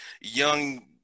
young